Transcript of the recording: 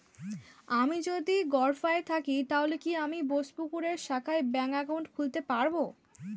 আমি যদি গরফায়ে থাকি তাহলে কি আমি বোসপুকুরের শাখায় ব্যঙ্ক একাউন্ট খুলতে পারবো?